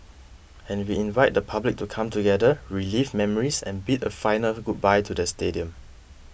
and we invite the public to come together relive memories and bid a final goodbye to the stadium